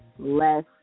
Less